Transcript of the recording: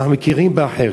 אנחנו מכירים באחר,